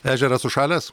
ežeras užšalęs